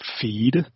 feed